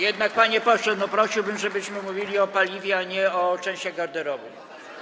Jednak, panie pośle, prosiłbym, żebyśmy mówili o paliwie, a nie o częściach garderoby.